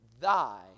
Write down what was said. thy